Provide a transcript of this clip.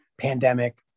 pandemic